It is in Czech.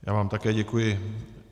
Já vám také děkuji.